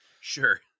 Sure